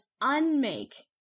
unmake